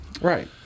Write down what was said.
Right